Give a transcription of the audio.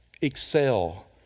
excel